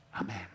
Amen